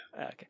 Okay